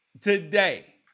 today